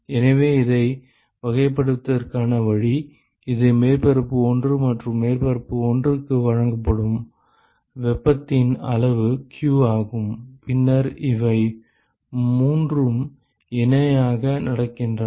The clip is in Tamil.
எனவே இதை வகைப்படுத்துவதற்கான வழி இது மேற்பரப்பு 1 மற்றும் மேற்பரப்பு 1 க்கு வழங்கப்படும் வெப்பத்தின் அளவு q ஆகும் பின்னர் இவை மூன்றும் இணையாக நடக்கின்றன